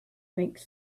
makes